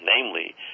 namely